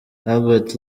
albert